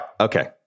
okay